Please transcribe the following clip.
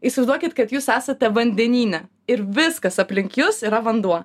įsivaizduokit kad jūs esate vandenyne ir viskas aplink jus yra vanduo